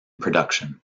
production